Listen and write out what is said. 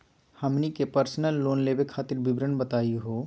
हमनी के personal loan लेवे खातीर विवरण बताही हो?